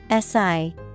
SI